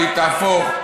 שהיא תהפוך,